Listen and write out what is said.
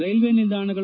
railway ನಿಲ್ದಾಣಗಳು